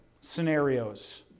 scenarios